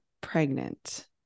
pregnant